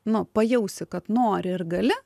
nu pajausi kad nori ir gali